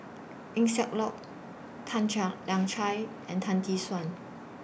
Eng Siak Loy Tan Lian Chye and Tan Tee Suan